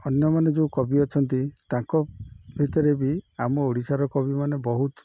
ଅନ୍ୟମାନେ ଯୋଉ କବି ଅଛନ୍ତି ତାଙ୍କ ଭିତରେ ବି ଆମ ଓଡ଼ିଶାର କବି ମାନେ ବହୁତ